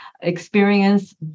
experience